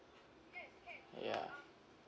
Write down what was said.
yeah